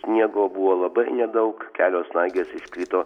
sniego buvo labai nedaug kelios snaigės iškrito